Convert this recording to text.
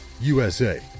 usa